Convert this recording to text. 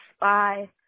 Bye